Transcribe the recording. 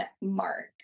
Mark